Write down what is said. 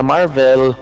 Marvel